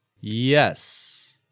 Yes